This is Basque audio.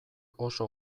oso